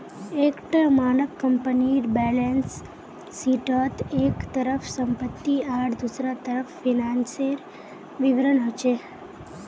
एक टा मानक कम्पनीर बैलेंस शीटोत एक तरफ सम्पति आर दुसरा तरफ फिनानासेर विवरण होचे